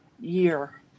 year